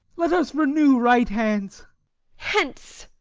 let us renew right hands hence!